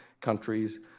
countries